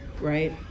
Right